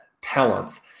talents